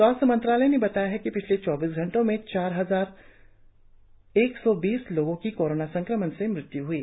स्वास्थ्य मंत्रालय ने बताया है की पिछले चौबीस घंटों में चार हजार एक सौ बीस लोगों की कोरोना संक्रमण से मृत्यु हुई है